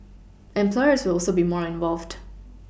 employers will also be more involved